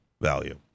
value